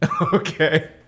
Okay